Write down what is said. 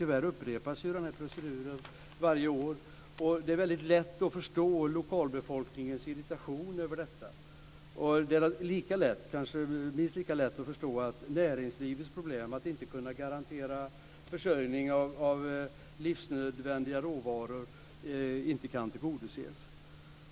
Tyvärr upprepas den proceduren varje år, och det är väldigt lätt att förstå lokalbefolkningens irritation över detta. Det är minst lika lätt att förstå näringslivets problem med att inte kunna garantera försörjning med livsnödvändiga råvaror.